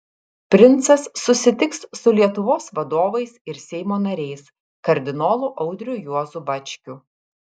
princas susitiks su lietuvos vadovais ir seimo nariais kardinolu audriu juozu bačkiu